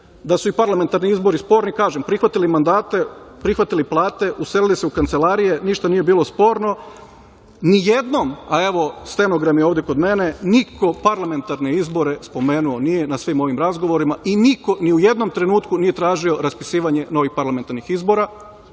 da su i parlamentarni izbori sporni. Kažem, prihvatili mandate, prihvatili plate, uselili se u kancelarije, ništa nije bilo sporno. Nijednom, a evo stenogrami ovde kod mene, niko parlamentarne izbore spomenuo nije na svim ovim razgovorima i niko ni u jednom trenutku nije tražio raspisivanje novih parlamentarnih izbora,